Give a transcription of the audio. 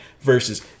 versus